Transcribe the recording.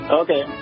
okay